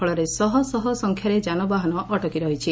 ଫଳରେ ଶହ ଶହ ସଂଖ୍ୟାରେ ଯାନବାହନ ଅଟକି ରହିଛି